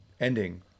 ending